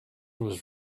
was